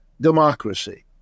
Democracy